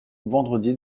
vendredi